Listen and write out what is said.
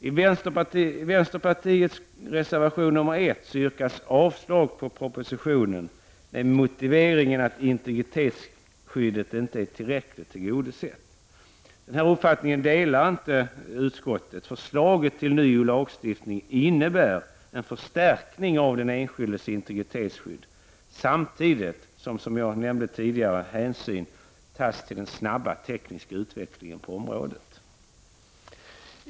I vänsterpartiets reservation 1 yrkas avslag på propositionen med motiveringen att integritetsskyddet inte är tillräckligt tillgodosett. Den uppfattningen delar inte utskottet. Förslaget till ny lagstiftning innebär en förstärkning av den enskildes integritetsskydd, samtidigt som hänsyn, som jag nämnde tidigare, tas till den snabba tekniska utvecklingen på området.